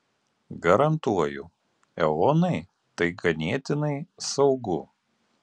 garantuoju eonai tai ganėtinai saugu